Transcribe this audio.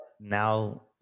now